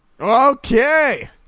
Okay